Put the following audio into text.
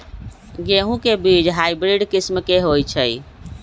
गेंहू के बीज हाइब्रिड किस्म के होई छई?